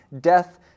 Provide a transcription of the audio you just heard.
death